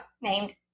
named